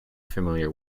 familiar